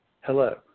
hello